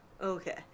Okay